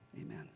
Amen